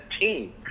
team